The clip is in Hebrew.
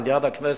על-יד הכנסת,